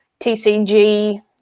TCG